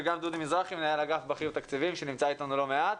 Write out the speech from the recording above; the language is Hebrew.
וגם דודי מזרחי מנהל אגף בכיר תקציבים שנמצא איתנו לא מעט.